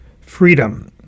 freedom